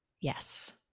yes